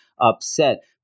upset